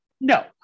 No